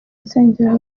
nsengera